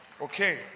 Okay